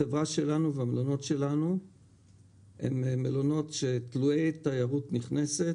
החברה שלנו והמלונות שלנו הם תלויי תיירות נכנסת